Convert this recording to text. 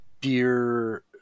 beer